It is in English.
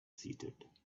seated